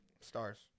stars